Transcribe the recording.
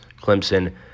Clemson